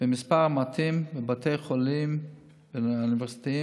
במספר מתאים בבתי החולים האוניברסיטאיים,